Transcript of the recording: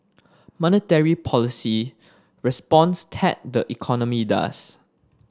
monetary policy responds tat the economy does